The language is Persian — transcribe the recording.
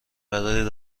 برای